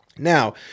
Now